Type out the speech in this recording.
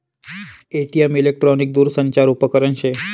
ATM electric दूरसंचार उपकरन शे